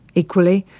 equally,